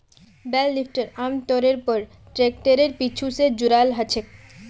बेल lifter आमतौरेर पर ट्रैक्टरेर पीछू स जुराल ह छेक